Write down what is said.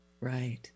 Right